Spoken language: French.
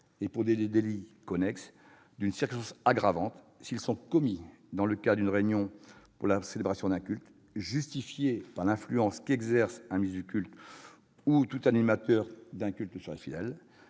et pour des délits connexes, d'une circonstance aggravante s'ils sont commis dans le cadre d'une réunion pour la célébration d'un culte, justifiée par l'influence qu'exerce un ministre du culte ou tout animateur d'un culte sur les fidèles.